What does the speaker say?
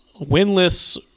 winless